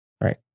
right